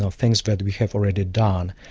ah things but that we have already done,